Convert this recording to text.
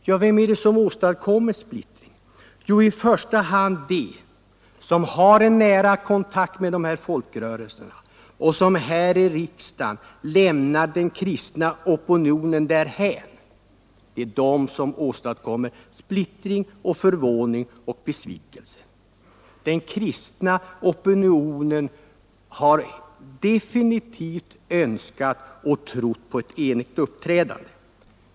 Men vem är det som åstadkommer splittring? Jo, i första hand de riksdagsmän som trots en nära kontakt med dessa folkrörelser lämnar den kristna opinionen därhän. Det är dessa som åstadkommer splittring och besvikelse bland folkrörelsefolk. Den kristna opinionen har definitivt önskat och trott på ett enigt uppträdande.